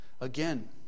Again